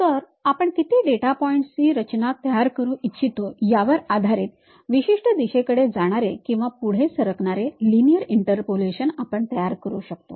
तर आपण किती डेटा पॉइंट्स ची रचना तयार करू इच्छितो यावर आधारित विशिष्ट दिशेकडे जाणारे किंवा पुढे सरकणारे लिनिअर इंटरपोलशन आपण तयार करू शकतो